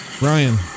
Brian